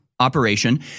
Operation